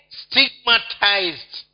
stigmatized